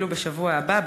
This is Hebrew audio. אפילו בשבוע הבא,